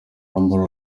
amber